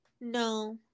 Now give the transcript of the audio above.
No